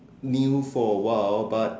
new for a while but